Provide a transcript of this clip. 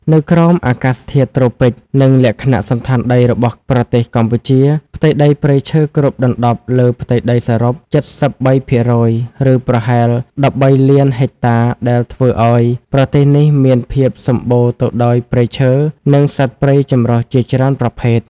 នៅក្រោមអាកាសធាតុត្រូពិច និងលក្ខណៈសណ្ឋានដីរបស់ប្រទេសកម្ពុជា ផ្ទៃដីព្រៃឈើគ្របដណ្តប់លើផ្ទៃដីសរុប ៧៣% ឬប្រហែល ១៣,០០០,០០០ ហិចតា ដែលធ្វើឱ្យ ប្រទេសនេះមានភាពសម្បូរទៅដោយព្រៃឈើ និងសត្វព្រៃចម្រុះជាច្រើនប្រភេទ។